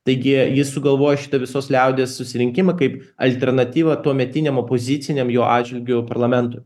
taigi jis sugalvojo šitą visos liaudies susirinkimą kaip alternatyvą tuometiniam opoziciniam jo atžvilgiu parlamentui